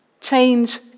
change